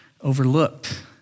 overlooked